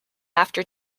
after